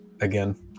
Again